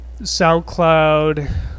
SoundCloud